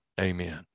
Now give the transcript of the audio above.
Amen